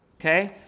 Okay